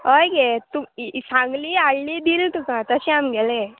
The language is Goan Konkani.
हय गे तु सांगली हाडली दिली तुका तशें आमगेलें